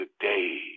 today